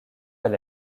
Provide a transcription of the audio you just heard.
elle